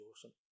awesome